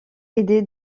aidé